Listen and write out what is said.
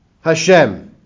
Hashem